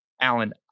Alan